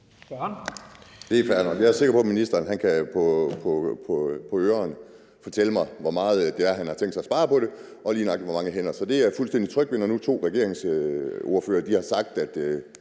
Det er fair nok. Jeg er sikker på, ministeren på øre kan fortælle mig, hvor meget det er, han har tænkt sig at spare med det her, og lige nøjagtig hvor mange hænder. Det er jeg fuldstændig tryg ved, når nu to regeringsordfører har sagt, at